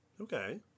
Okay